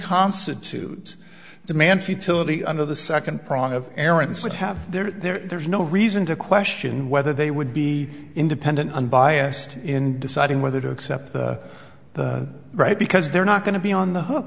constitute demand futility under the second prong of parents would have there's no reason to question whether they would be independent unbiased in deciding whether to accept the right because they're not going to be on the h